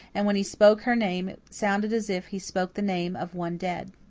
and when he spoke her name it sounded as if he spoke the name of one dead.